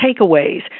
takeaways